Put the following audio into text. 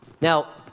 Now